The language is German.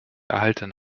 erhalten